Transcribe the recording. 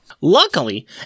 Luckily